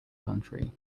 country